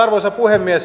arvoisa puhemies